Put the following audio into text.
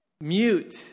mute